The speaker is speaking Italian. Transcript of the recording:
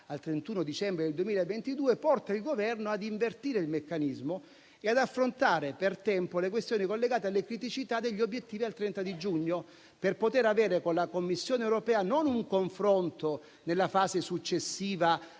al 31 dicembre del 2022, porta il Governo a invertire il meccanismo e ad affrontare per tempo le questioni collegate alle criticità degli obiettivi al 30 giugno, per poter avere con la Commissione europea non un confronto nella fase successiva